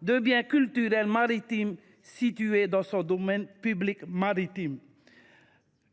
de biens culturels maritimes situés dans son domaine public maritime.